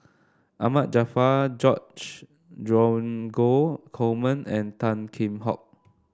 Ahmad Jaafar George Dromgold Coleman and Tan Kheam Hock